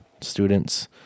students